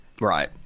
right